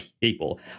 people